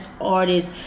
artist